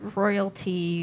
royalty